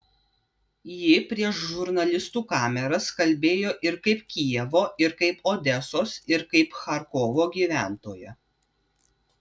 ji prieš žurnalistų kameras kalbėjo ir kaip kijevo ir kaip odesos ir kaip charkovo gyventoja